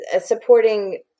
supporting